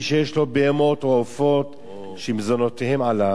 מי שיש לו בהמות או עופות שמזונותיהן עליו,